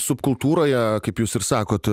subkultūroje kaip jūs ir sakot